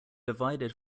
divided